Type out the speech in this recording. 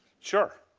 sure.